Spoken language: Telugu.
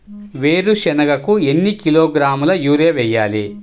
వేరుశనగకు ఎన్ని కిలోగ్రాముల యూరియా వేయాలి?